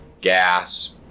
gas